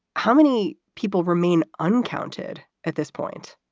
how many people remain uncounted at this point?